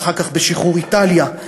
ואחר כך בשחרור איטליה,